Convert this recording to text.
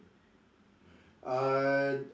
uh